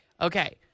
Okay